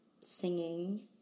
singing